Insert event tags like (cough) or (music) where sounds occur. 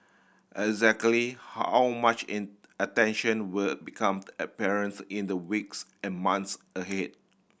exactly how much (unintelligible) attention will become apparent in the weeks and months ahead